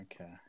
Okay